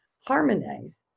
harmonize